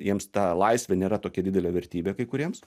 jiems ta laisvė nėra tokia didelė vertybė kai kuriems